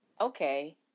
okay